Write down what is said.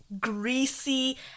greasy